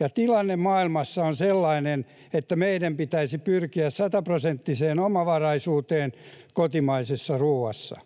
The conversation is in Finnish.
Ja tilanne maailmassa on sellainen, että meidän pitäisi pyrkiä sataprosenttiseen omavaraisuuteen kotimaisessa ruuassa.